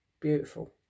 Beautiful